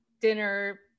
dinner